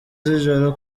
z’ijoro